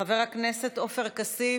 חבר הכנסת עופר כסיף,